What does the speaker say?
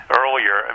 earlier